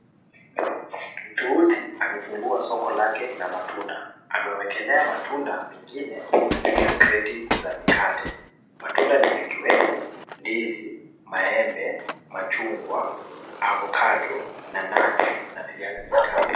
Mchuuzi amefungua soko lake la machungwa ameekelea matunda mengine juu ya kreti za mikate matunda yakiwemo ndizi maembe machungwa avocado nanazi na viazi vitamu.